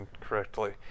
correctly